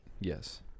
yes